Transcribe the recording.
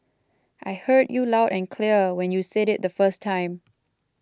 I heard you loud and clear when you said it the first time